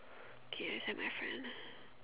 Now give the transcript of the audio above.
okay I send my friend